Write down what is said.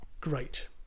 great